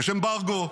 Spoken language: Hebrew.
יש אמברגו,